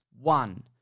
One